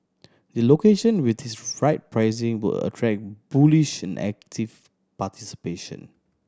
the location with his right pricing will attract bullish and active participation